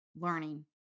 learning